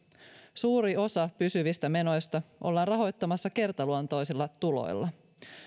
suuri osa pysyvistä menoista ollaan rahoittamassa kertaluontoisilla tuloilla